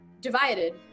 divided